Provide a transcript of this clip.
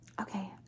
okay